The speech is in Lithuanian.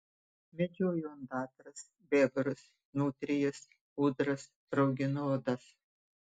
medžioju ondatras bebrus nutrijas ūdras rauginu odas